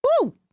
Woo